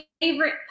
favorite